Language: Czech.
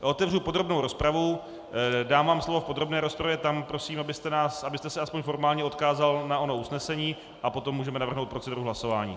Otevřu podrobnou rozpravu, dám vám slovo v podrobné rozpravě, tam prosím, abyste se aspoň formálně odkázal na ono usnesení, a potom můžeme navrhnout proceduru hlasování.